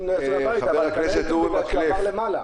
לא יצאו מהבית אבל האיכון עבר למעלה.